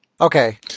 Okay